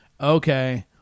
Okay